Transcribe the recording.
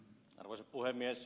arvoisa puhemies